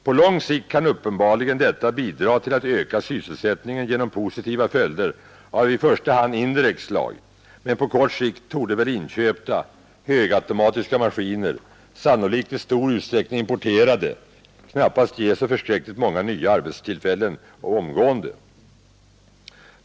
På lång sikt kan detta uppenbarligen bidra till att öka sysselsättningen genom positiva följder av indirekt slag, men på kort sikt torde väl inköpta, högautomatiska maskiner, sannolikt i stor utsträckning importerade, knappast ge så förskräckligt många nya arbetstillfällen — omgående.